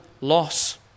loss